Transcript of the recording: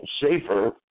safer